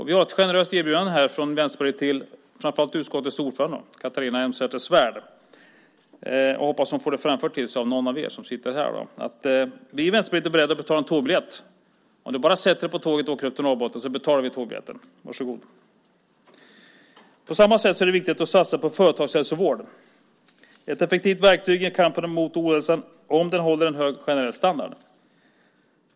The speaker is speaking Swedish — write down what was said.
Vi har ett generöst erbjudande från Vänsterpartiet till framför allt utskottets ordförande Catharina Elmsäter-Svärd. Jag hoppas att någon av er som sitter här framför till henne att vi i Vänsterpartiet är beredda att betala en tågbiljett. Om hon bara sätter sig på tåget och åker upp till Norrbotten så betalar vi tågbiljetten. Varsågod! På samma sätt är det viktigt att satsa på företagshälsovård. Företagshälsovård är ett effektivt verktyg i kampen mot ohälsan om den håller en hög generell standard.